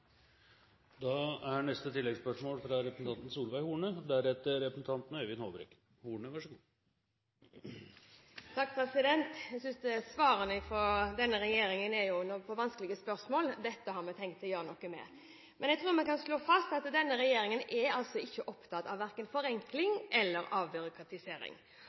Solveig Horne – til oppfølgingsspørsmål. Jeg synes svarene fra denne regjeringen på vanskelige spørsmål er at dette har de tenkt å gjøre noe med. Men jeg tror vi kan slå fast at denne regjeringen ikke er opptatt av verken forenkling eller avbyråkratisering.